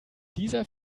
dieser